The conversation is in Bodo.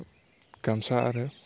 गामसा आरो